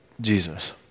Jesus